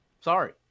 Sorry